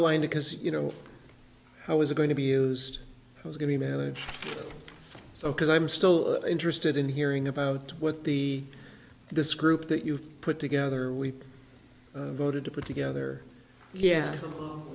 whine because you know i was going to be used i was going to manage so because i'm still interested in hearing about what the this group that you put together we voted to put together yeah